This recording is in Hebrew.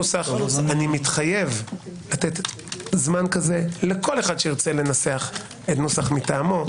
מתחייב לתת זמן כזה לכל אחד שירצה לנסח נוסח מטעמו.